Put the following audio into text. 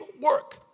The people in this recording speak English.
work